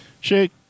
Shake